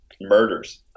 murders